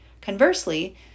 Conversely